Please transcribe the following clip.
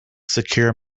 secure